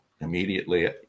immediately